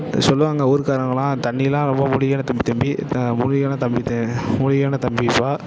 சொல்லுவாங்க ஊருகாரவங்களாம் தண்ணிலாம் ரொம்ப பிடிக்கும் தம்பி தம்பி மூலிகையான தம்பி மூலிகைகையான தம்பி பா